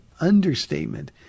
understatement